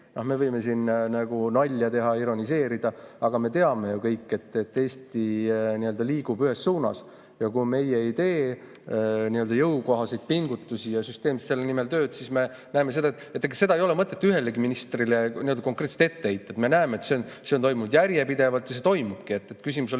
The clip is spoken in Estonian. me võime nalja teha, ironiseerida, aga me teame ju kõik, et Eesti liigub ühes suunas. Kui meie ei tee jõukohaseid pingutusi ja süsteemselt selle nimel tööd, siis me näemegi seda ... Ega seda ei ole mõtet ühelegi ministrile konkreetselt ette heita, aga me näeme, et see on toimunud järjepidevalt, see toimubki. Küsimus on